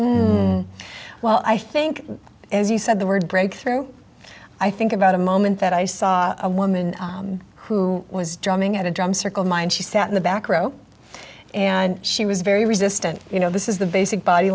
well i think as you said the word breakthrough i think about a moment that i saw a woman who was drumming at a drum circle mind she sat in the back row and she was very resistant you know this is the basic body